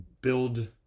build